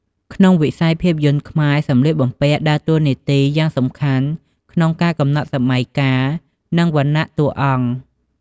ក្នុងវិស័យភាពយន្តខ្មែរ សម្លៀកបំពាក់ដើរតួយ៉ាងសំខាន់ក្នុងការកំណត់សម័យកាល និងវណ្ណៈតួអង្គ។